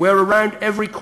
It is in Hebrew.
שלעתים אני חושב על אבי,